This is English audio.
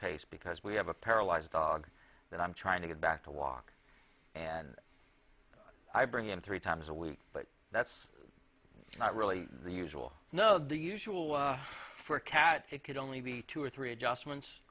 case because we have a paralyzed dog that i'm trying to get back to walk and i bring him three times a week but that's not really the usual no the usual for a cat it could only be two or three adjustments